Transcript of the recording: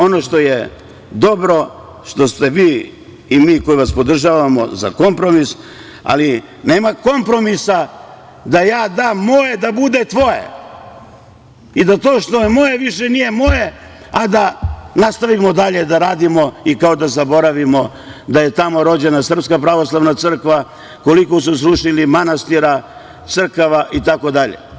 Ono što je dobro je što ste vi, a i mi koji vas podržavamo, za kompromis, ali nema kompromisa da ja dam moje da bude tvoje i da to što je moje više nije moje, a da nastavimo dalje da radimo i kao da zaboravimo da je tamo rođena SPC, koliko su srušili manastira, crkava itd.